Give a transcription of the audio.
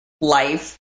life